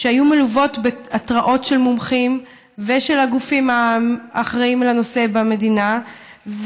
שהיו מלוות בהתרעות של מומחים ושל הגופים האחראים לנושא במדינה,